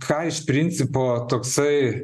ką iš principo toksai